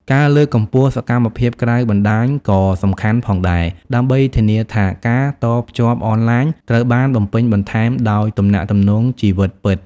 ការលើកកម្ពស់សកម្មភាពក្រៅបណ្តាញក៏សំខាន់ផងដែរ ដើម្បីធានាថាការតភ្ជាប់អនឡាញត្រូវបានបំពេញបន្ថែមដោយទំនាក់ទំនងជីវិតពិត។